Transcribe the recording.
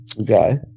Okay